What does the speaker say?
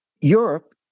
Europe